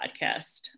podcast